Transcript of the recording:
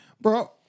Bro